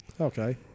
okay